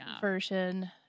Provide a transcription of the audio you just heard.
version